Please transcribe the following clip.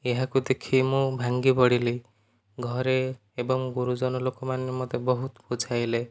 ଏହାକୁ ଦେଖି ମୁଁ ଭାଙ୍ଗି ପଡ଼ିଲି ଘରେ ଏବଂ ଗୁରୁଜନ ଲୋକମାନେ ମୋତେ ବହୁତ ବୁଝାଇଲେ